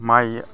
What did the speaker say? माइ